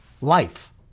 life